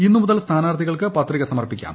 ഇന്ന് മുതൽ സ്ഥാനാർത്ഥികൾക്ക് പത്രിക സമർപ്പിക്കാം